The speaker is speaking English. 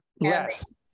Yes